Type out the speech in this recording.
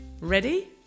ready